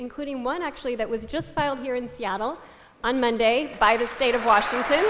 including one actually that was just filed here in seattle on monday by the state of washington